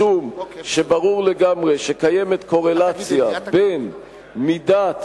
משום שברור לגמרי שקיימת קורלציה בין מידת